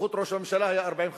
בנוכחות ראש הממשלה, היו 40 חתימות,